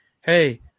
Hey